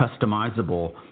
customizable